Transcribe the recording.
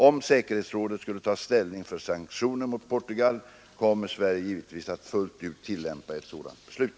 Om säkerhetsrådet skulle ta ställning för sanktioner mot Portugal kommer Sverige givetvis att fullt ut tillämpa ett sådant beslut.